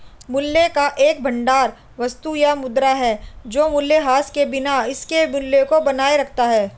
मूल्य का एक भंडार वस्तु या मुद्रा है जो मूल्यह्रास के बिना इसके मूल्य को बनाए रखता है